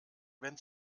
wenn